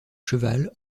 cheval